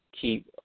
keep